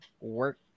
work